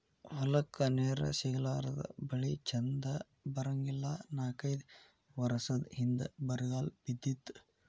ಹೊಲಕ್ಕ ನೇರ ಸಿಗಲಾರದ ಬೆಳಿ ಚಂದ ಬರಂಗಿಲ್ಲಾ ನಾಕೈದ ವರಸದ ಹಿಂದ ಬರಗಾಲ ಬಿದ್ದಿತ್ತ